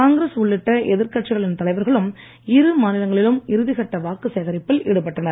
காங்கிரஸ் உள்ளிட்ட எதிர் கட்சிகளின் தலைவர்களும் இரு மாநிலங்களிலும் இறுதிகட்ட வாக்கு சேகரிப்பில் ஈடுபட்டனர்